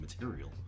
material